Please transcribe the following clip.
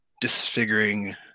disfiguring